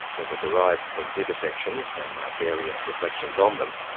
whether derived from vivisections, and my various reflections on them,